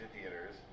theaters